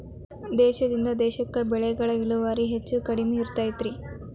ದೇಶದಿಂದ ದೇಶಕ್ಕೆ ಬೆಳೆಗಳ ಇಳುವರಿ ಹೆಚ್ಚು ಕಡಿಮೆ ಇರ್ತೈತಿ